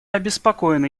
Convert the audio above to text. обеспокоены